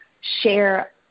share